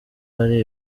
hari